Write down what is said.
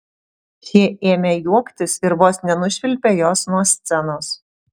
šie ėmė juoktis ir vos nenušvilpė jos nuo scenos